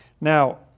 Now